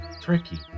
Tricky